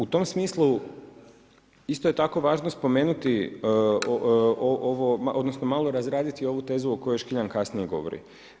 U tom smislu isto je tako važno spomenuti, odnosno malo razraditi ovu tezu o kojoj Škiljan kasnije govori.